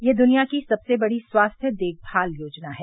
यह दुनिया की सबसे बड़ी स्वास्थ्य देखभाल योजना है